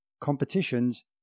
competitions